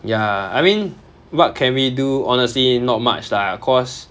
ya I mean what can we do honestly not much lah cause